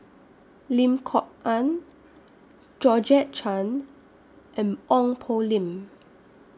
Lim Kok Ann Georgette Chen and Ong Poh Lim